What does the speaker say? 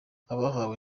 abahawe